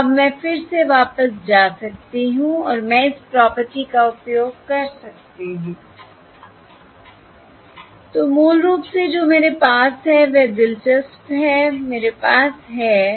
तो अब मैं फिर से वापस जा सकती हूं और मैं इस प्रॉपर्टी का उपयोग कर सकती हूं I तो मूल रूप से जो मेरे पास है वह दिलचस्प है मेरे पास है